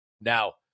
Now